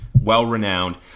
well-renowned